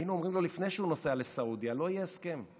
היינו אומרים לו לפני שהוא נוסע לסעודיה: לא יהיה הסכם.